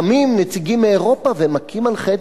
קמים נציגים מאירופה ומכים על חטא,